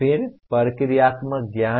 फिर प्रक्रियात्मक ज्ञान